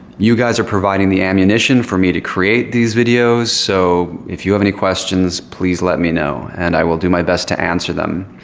you guys are providing the ammunition for me to create these videos. so if you have any questions, please let me know and i will do my best to answer them.